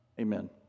Amen